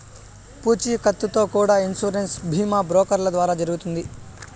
పూచీకత్తుతో కూడా ఇన్సూరెన్స్ బీమా బ్రోకర్ల ద్వారా జరుగుతుంది